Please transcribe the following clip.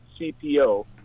CPO